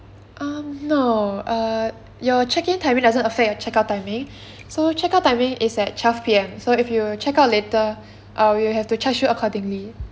um no err your check in timing doesn't affect your check out timing so check out timing is at twelve P_M so if you check out later err we will have to charge you accordingly